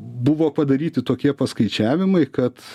buvo padaryti tokie paskaičiavimai kad